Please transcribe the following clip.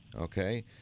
okay